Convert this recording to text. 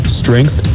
strength